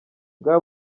bwa